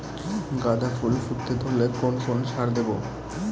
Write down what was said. গাদা ফুল ফুটতে ধরলে কোন কোন সার দেব?